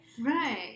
right